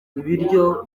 ibiryo